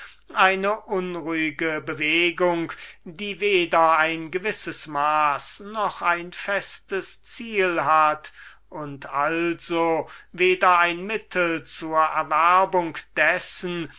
eine unruhige bewegung die weder ein gewisses maß noch ein festes ziel hat und also weder ein mittel zur erhaltung dessen